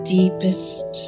deepest